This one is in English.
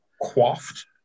quaffed